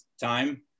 time